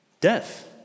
death